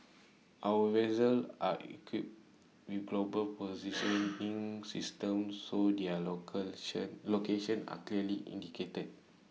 our vessels are equipped with global positioning systems so their locations are clearly indicated